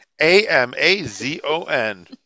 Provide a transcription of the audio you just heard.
A-M-A-Z-O-N